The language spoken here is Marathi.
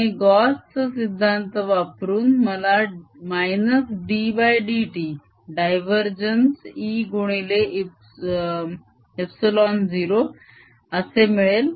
आणि गॉस चा सिद्धांत वापरून मला -ddt डायवरजेन्स E गुणिले ε0 असे मिळेल